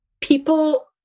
people